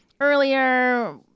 earlier